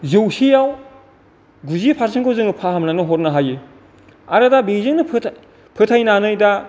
जौसेयाव गुजि पारसेनखौ जोङो फाहामनानै हरनो हायो आरो दा बेजोंनो फोथायनानै दा